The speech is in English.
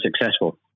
successful